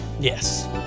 yes